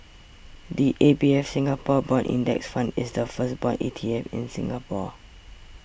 the A B F Singapore Bond Index Fund is the first bond E T F in Singapore